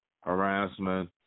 harassment